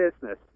business